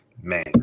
man